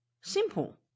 simple